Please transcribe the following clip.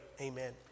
amen